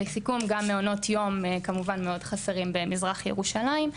לסיכום גם מעונות יום חסרים מאוד במזרח ירושלים.